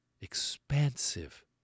expansive